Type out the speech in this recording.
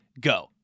go